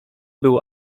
był